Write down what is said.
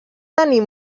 tenir